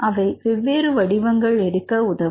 அவை வெவ்வேறு வடிவங்கள் எடுக்க உதவும்